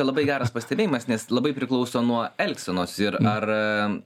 labai geras pastebėjimas nes labai priklauso nuo elgsenos ir ar